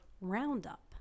Roundup